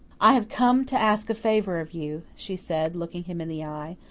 i have come to ask a favour of you, she said, looking him in the eye,